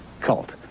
cult